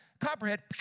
Copperhead